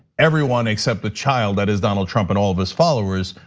everyone, except the child that is donald trump and all of his followers,